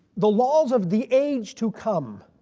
the laws of the age to come.